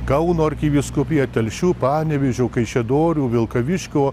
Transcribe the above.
kauno arkivyskupija telšių panevėžio kaišiadorių vilkaviškio